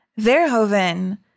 Verhoeven